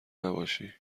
نباشی